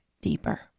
deeper